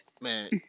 man